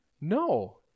No